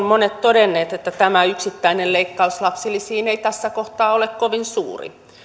monet todenneet että tämä yksittäinen leikkaus lapsilisiin ei tässä kohtaa ole kovin suuri